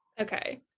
Okay